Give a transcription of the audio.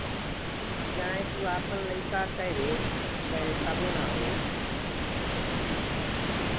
चाहे तू आपन लइका कअ भेज दअ तबो ना होई